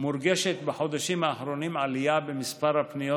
מורגשת בחודשים האחרונים עלייה במספר הפניות